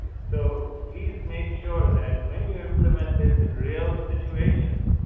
so please make sure that when you implement this in real situations,